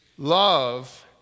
Love